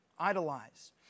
Idolize